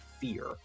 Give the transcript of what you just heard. fear